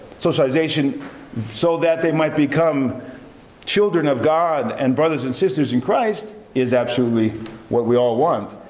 socialization so that they might become children of god and brothers and sisters in christ is absolutely what we all want.